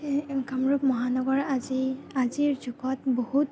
কামৰূপ মহানগৰ আজি আজিৰ যুগত বহুত